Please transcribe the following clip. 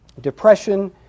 depression